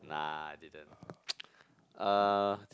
nah I didn't uh